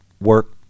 work